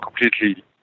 completely